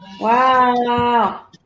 Wow